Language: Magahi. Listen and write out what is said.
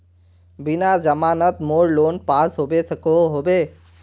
बिना जमानत मोर लोन पास होबे सकोहो होबे?